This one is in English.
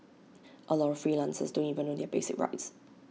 A lot of freelancers don't even know their basic rights